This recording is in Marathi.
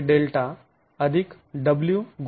x N